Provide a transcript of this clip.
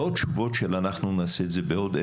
לא תשובות שאנחנו נעשה את זה בעוד,